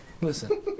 Listen